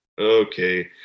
Okay